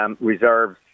Reserves